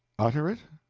utter it?